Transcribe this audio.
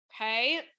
Okay